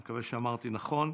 מקווה שאמרתי נכון,